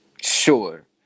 Sure